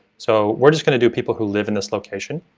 so we're just going to do people who live in this location,